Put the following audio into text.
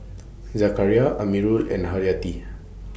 Zakaria Amirul and Haryati